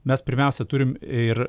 mes pirmiausia turim ir